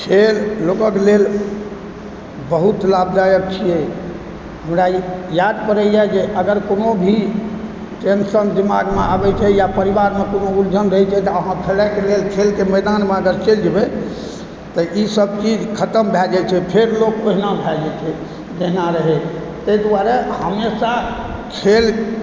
खेल लोकके लेल बहुत लाभदायक छै हमरा ई याद पड़ैए जे अगर कोनो भी टेन्सन दिमागमे आबै छै या परिवारमे कोनो उलझन रहैत छै तऽ अहा खेलाइ कऽ लेल खेलके मैदानमे अगर चलि जेबै तऽ ई सभ चीज खतम भए जाइ छै फेर लोक ओहिना भए जाइ छै जहिना रहै छै ताहि दुआरे हमेशा खेल